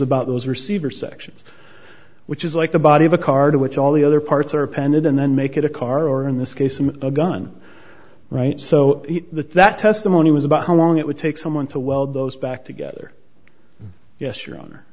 about those receiver sections which is like the body of a car to which all the other parts are appended and then make it a car or in this case of a gun right so that that testimony was about how long it would take someone to weld those back together yes your honor